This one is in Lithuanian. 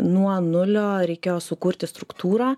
nuo nulio reikėjo sukurti struktūrą